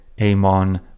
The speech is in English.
Amon